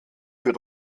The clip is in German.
für